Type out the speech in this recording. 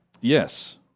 Yes